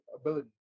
ability